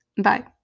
Bye